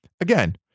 again